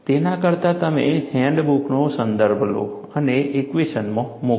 તેના કરતાં તમે હેન્ડ બુકનો સંદર્ભ લો અને ઇક્વેશનમાં મૂકો